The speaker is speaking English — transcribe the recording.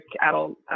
adult